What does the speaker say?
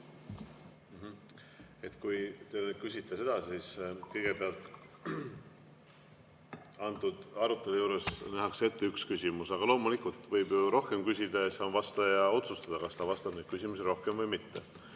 Kui te küsite seda, siis kõigepealt, antud arutelu juures nähakse ette üks küsimus, aga loomulikult võib rohkem küsida ja see on vastaja otsustada, kas ta vastab neid küsimusi rohkem või mitte.